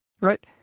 right